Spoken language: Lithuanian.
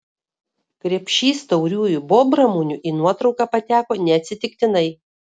krepšys tauriųjų bobramunių į nuotrauką pateko neatsitiktinai